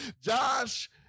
Josh